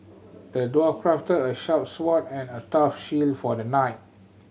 the dwarf crafted a sharp sword and a tough shield for the knight